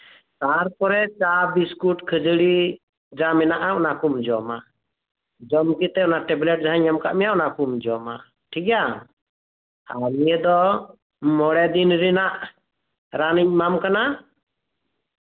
ᱛᱟᱨᱯᱚᱨᱮ ᱪᱟ ᱵᱤᱥᱠᱩᱴ ᱠᱷᱟᱹᱡᱟᱹᱲᱤ ᱡᱟ ᱢᱮᱱᱟᱜᱼᱟ ᱚᱱᱟ ᱠᱚᱢ ᱡᱚᱢᱟ ᱡᱚᱢ ᱠᱟᱛᱮ ᱚᱱᱟ ᱴᱮᱵᱞᱮᱴ ᱡᱟᱦᱟᱸᱠᱩᱧ ᱮᱢ ᱟ ᱠᱟᱫ ᱢᱮᱭᱟ ᱚᱱᱟ ᱠᱩᱢ ᱡᱚᱢᱟ ᱴᱷᱤᱠᱜᱮᱭᱟ ᱱᱤᱭᱟᱹ ᱫᱚ ᱢᱚᱬᱮ ᱫᱤᱱ ᱨᱮᱱᱟᱜ ᱨᱟᱱᱤᱧ ᱮᱢᱟᱢ ᱠᱟᱱᱟ